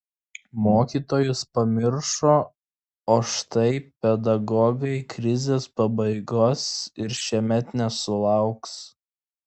mokytojus pamiršo o štai pedagogai krizės pabaigos ir šiemet nesulauks